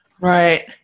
right